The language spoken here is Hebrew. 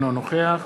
אינו נוכח